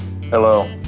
Hello